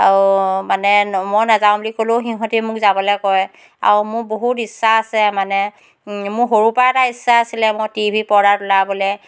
আৰু মানে মই নাযাওঁ বুলি ক'লেও সিহঁতি মোক যাবলৈ কয় আৰু মোৰ বহুত ইচ্ছা আছে মানে মোৰ সৰুৰ পৰা এটা ইচ্ছা আছিলে মই টি ভি পৰ্দাত ওলাবলৈ